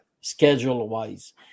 schedule-wise